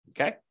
Okay